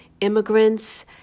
immigrants